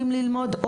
אם ללמוד,